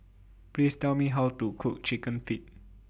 Please Tell Me How to Cook Chicken Feet